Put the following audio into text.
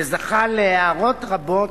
וזכה להערות רבות,